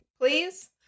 please